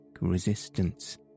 resistance